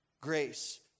grace